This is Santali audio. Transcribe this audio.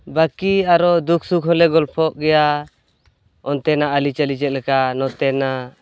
ᱵᱟᱹᱠᱤ ᱟᱨᱚ ᱫᱩᱠᱼᱥᱩᱠᱷᱦᱚᱸ ᱞᱮ ᱜᱚᱞᱯᱷᱚᱜ ᱜᱮᱭᱟ ᱚᱱᱛᱮᱱᱟᱜ ᱟᱹᱞᱤᱼᱪᱟᱹᱞᱤ ᱪᱮᱫᱞᱮᱠᱟ ᱱᱚᱛᱮᱱᱟᱜ